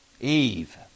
Eve